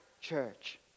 church